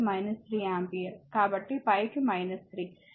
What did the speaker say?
కాబట్టి పైకి 3